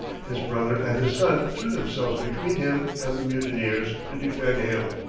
his brother and his son threw themselves between him and the mutineers to defend him.